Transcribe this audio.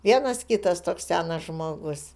vienas kitas toks senas žmogus